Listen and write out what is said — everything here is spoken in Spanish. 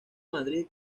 madrid